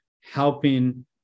helping